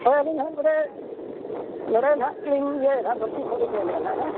ᱦᱳᱭ ᱟᱹᱞᱤᱧ ᱫᱚ ᱱᱟᱦᱟᱜ ᱱᱚᱰᱮ ᱱᱚᱰᱮ ᱱᱟᱦᱟᱜ ᱞᱤᱧ ᱤᱭᱟᱹᱭᱫᱟ ᱜᱚᱞᱥᱤ ᱠᱷᱚᱱ ᱞᱤᱧ ᱢᱮᱱᱟᱜᱼᱟ ᱦᱮᱸ